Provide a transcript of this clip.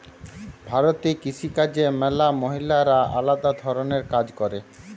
ভারতে কৃষি কাজে ম্যালা মহিলারা আলদা ধরণের কাজ করে